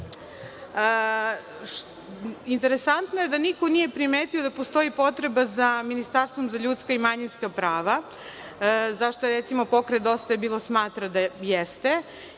gasom. Interesantno je da niko nije primetio da postoji potreba za ministarstvom za ljudska i manjinska prava, a za šta, recimo, Pokret Dosta je bilo smatra da jeste.